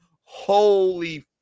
Holy